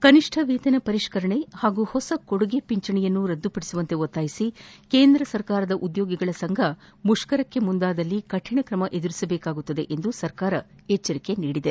ಕನಿಷ್ನ ವೇತನ ಪರಿಷ್ನರಣೆ ಹಾಗೂ ಹೊಸ ಕೊಡುಗೆ ಪಿಂಚಣಿಯನ್ನು ರದ್ದುಪಡಿಸುವಂತೆ ಒತ್ತಾಯಿಸಿ ಕೇಂದ್ರ ಸರ್ಕಾರಿ ಉದ್ಲೋಗಿಗಳ ಸಂಘ ಮುಷ್ಕರಕ್ಕೆ ಮುಂದಾದ್ದಲ್ಲಿ ಕಠಿಣಕ್ರಮ ಎದುರಿಸಬೇಕಾಗುತ್ತದೆ ಎಂದು ಸರ್ಕಾರ ಎಚ್ಚರಿಕೆ ನೀಡಿದೆ